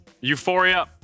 Euphoria